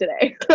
today